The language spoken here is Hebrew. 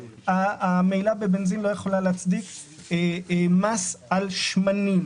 המהילה בבנזין לא יכולה להצדיק מס על שמנים.